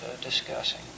discussing